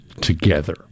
together